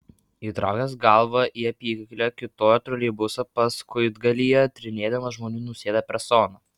įtraukęs galvą į apykaklę kiūtojo troleibuso paskuigalyje tyrinėdamas žmonių nusėtą peroną